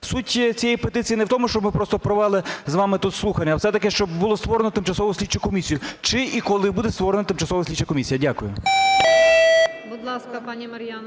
Суть цієї петиції не в тому, щоб ми просто провели з вами тут слухання, а все-таки щоб було створено тимчасову слідчу комісію. Чи і коли буде створена тимчасова слідча комісія? Дякую.